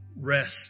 rest